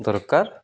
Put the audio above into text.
ଦରକାର